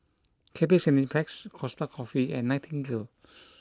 Cathay Cineplex Costa Coffee and Nightingale